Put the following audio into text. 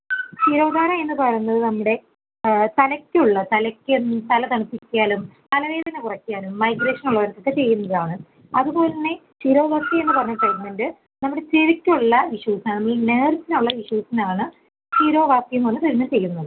ശിരോധാര എന്ന് പറയുന്നത് നമ്മുടെ തലയ്ക്കുള്ള തലയ്ക്ക് തല തണുപ്പിക്കലും തലവേദന കുറയ്ക്കാനും മൈഗ്രേഷൻ ഉള്ളവർക്കൊക്കെ ചെയ്യുന്നതാണ് അതുപോലെ തന്നെ ശിരോവസ്തി എന്ന് പറയുന്ന ട്രീറ്റ്മെൻറ് നമ്മുടെ ചെവിക്കുള്ള ഇഷ്യൂസ് ആണ് ഈ നേർവ്സിനുള്ള ഇഷ്യൂസിനാണ് ശിരോവസ്തി എന്ന് പറയുന്ന ട്രീറ്റ്മെൻറ് ചെയ്യുന്നത്